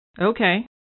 Okay